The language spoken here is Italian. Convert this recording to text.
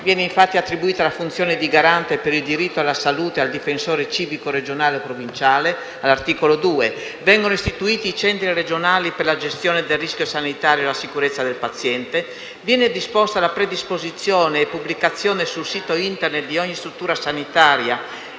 Viene attribuita la funzione di garante per il diritto alla salute al difensore civico regionale o provinciale (articolo 2); vengono istituiti i centri regionali per la gestione del rischio sanitario e la sicurezza del paziente; viene disposta la predisposizione e pubblicazione sul sito Internet di ogni struttura sanitaria